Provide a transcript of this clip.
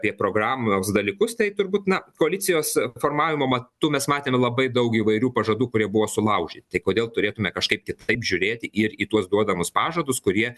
apie programos dalykus tai turbūt na koalicijos formavimo matu mes matėme labai daug įvairių pažadų kurie buvo sulaužy tai kodėl turėtume kažkaip kitaip žiūrėti ir į tuos duodamus pažadus kurie